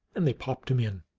and they popped him in.